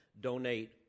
donate